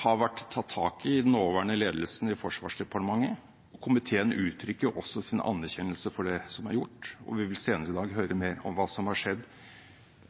har vært tatt tak i av den nåværende ledelsen i Forsvarsdepartementet. Komiteen uttrykker sin anerkjennelse for det som er gjort. Vi vil senere i dag høre mer om hva som har skjedd